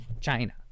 china